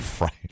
right